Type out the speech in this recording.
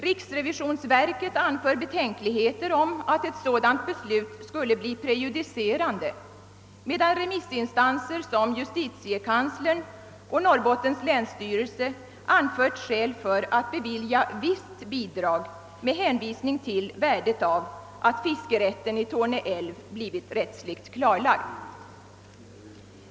Riksrevisionsverket anför betänkligheter med hänsyn till att ett sådant beslut skulle bli prejudicerande, medan remissinstanser som justitiekanslern och länsstyrelsen i Norrbottens län anfört skäl för att bevilja visst bidrag med hänvisning till värdet av att fiskerätten i Torne älv blivit rättsligt klarlagd.